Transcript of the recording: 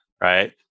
right